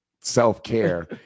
self-care